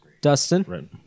Dustin